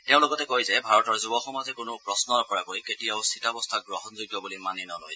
তেওঁ লগতে ইয়াকো কয় যে ভাৰতৰ যুৱ সমাজে কোনো প্ৰশ্ন নকৰাকৈ কেতিয়াও স্থিতাৰস্থাক গ্ৰহণযোগ্য বুলি মানি নলয়